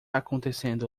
acontecendo